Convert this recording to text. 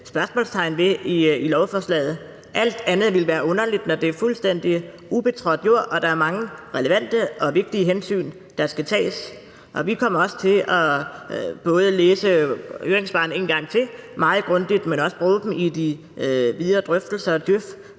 spørgsmålstegn ved i lovforslaget. Alt andet ville være underligt, når det er fuldstændig ubetrådt jord og der er mange relevante og vigtige hensyn, der skal tages. Og vi kommer også til både at læse høringssvarene en gang til meget grundigt, men også at bruge dem i de videre drøftelser. Djøf